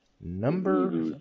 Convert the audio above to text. Number